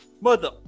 Mother